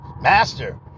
master